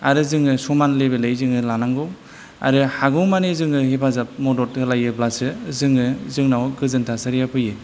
आरो जोङो समान लेबेलै जोङो लानांगौ आरो हागौ मानि जोङो हेफाजाब मदद होलायोब्लासो जोङो जोंनाव गोजोन थासारिया फैयो